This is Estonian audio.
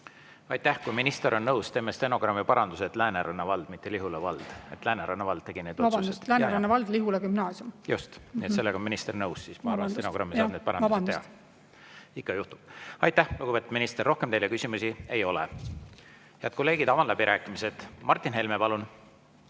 Aitäh! Kui minister on nõus, teeme stenogrammi paranduse, et Lääneranna vald, mitte Lihula vald. Lääneranna vald tegi need otsused. Vabandust! Lääneranna vald, Lihula Gümnaasium. Just, nii et sellega on minister nõus. Ma arvan, et stenogrammi saab need parandused teha. Ikka juhtub. Aitäh, lugupeetud minister! Rohkem teile küsimusi ei ole. Head kolleegid, avan läbirääkimised. Martin Helme, palun!